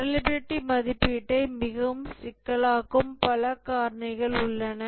reliability மதிப்பீட்டை மிகவும் சிக்கலாக்கும் பல காரணிகள் உள்ளன